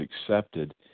accepted